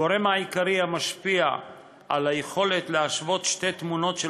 הגורם העיקרי המשפיע על היכולת להשוות שתי תמונות של